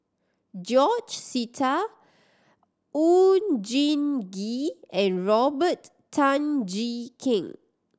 George Sita Oon Jin Gee and Robert Tan Jee Keng